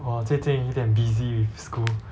我最近有点 busy with school